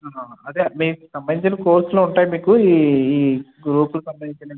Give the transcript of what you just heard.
అదే మీకు సంబంధించిన కోర్సులు ఉంటాయి మీకు ఈ ఈ గ్రూపుకు సంబంధించిన కోర్సులు అన్నీ మేము